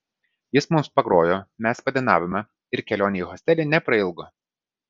jis mums pagrojo mes padainavome ir kelionė į hostelį neprailgo